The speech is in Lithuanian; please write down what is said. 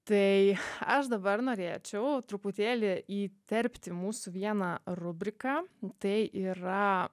tai aš dabar norėčiau truputėlį įterpti mūsų vieną rubriką tai yra